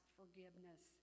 forgiveness